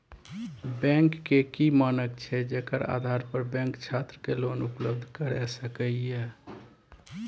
Bank के की मानक छै जेकर आधार पर बैंक छात्र के लोन उपलब्ध करय सके ये?